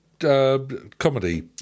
Comedy